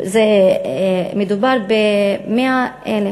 מדובר ב-100,000